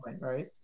Right